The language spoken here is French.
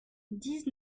dix